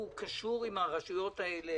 הוא קשור עם הרשויות האלה